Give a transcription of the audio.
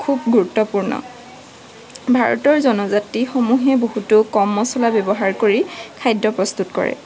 খুব গুৰুত্বপূৰ্ণ ভাৰতৰ জনজাতিসমূহে বহুতো কম মছলা ব্যৱহাৰ কৰি খাদ্য প্ৰস্তুত কৰে